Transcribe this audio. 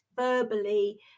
verbally